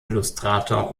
illustrator